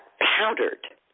powdered